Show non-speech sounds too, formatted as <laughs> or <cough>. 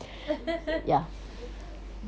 <laughs> <breath>